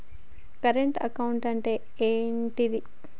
Current account అంటే ఏంటిది?